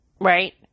Right